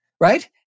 right